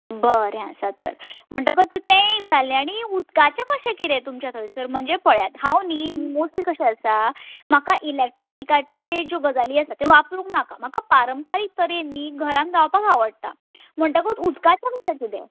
बरें आसा तर म्हणटकच तें एक जालें आनी उदकाचें कशें कितें तुमच्या थंयसर म्हणजे पळयात हांव न्हय मोसली कशें आसा म्हाका इलॅक्ट्रॉनिकाचे ज्यो गजाली आसा त्यो वापरूंग नाका म्हाका पारंपारीक तरेन न्हय घरान रावपाक आवडटा म्हणटकूत उदकाचो कशें किदें